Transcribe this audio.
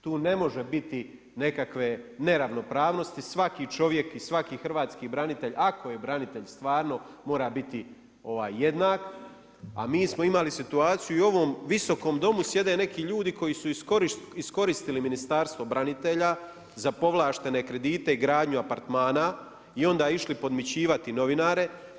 Tu ne može biti nekakve neravnopravnosti, svaki čovjek i svaki hrvatski branitelj ako je branitelj stvarno, mora biti jednak, a mi smo imali situaciju i u ovom Visokom domu, sjede neki ljudi koji su iskoristili Ministarstvo branitelja za povlaštene kredite, gradnju apartmana i onda išli podmićivati novinare.